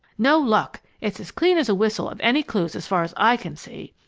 no luck! it's as clean as a whistle of any clues, as far as i can see.